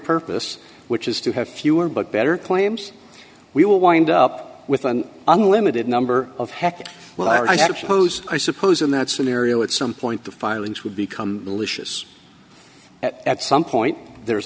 purpose which is to have fewer but better claims we will wind up with an unlimited number of heck yeah well i suppose i suppose in that scenario at some point the filings would become delicious at some point there